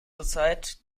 zurzeit